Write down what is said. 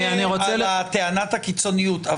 הוא עונה לטענת הקיצוניות.